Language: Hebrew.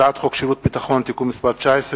הצעת חוק שירות ביטחון (תיקון מס' 19